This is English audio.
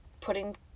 putting